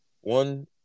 one